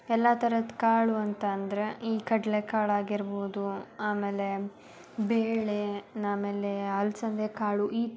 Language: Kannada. ಎಲ್ಲ ಥರದ ಕಾಳು ಅಂತಂದರೆ ಈ ಕಡ್ಲೆಕಾಳು ಆಗಿರ್ಬೋದು ಆಮೇಲೆ ಬೇಳೆ ಆಮೇಲೆ ಅಲಸಂದೆ ಕಾಳು ಈ